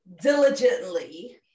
diligently